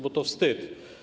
Bo to wstyd.